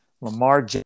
Lamar